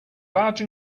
large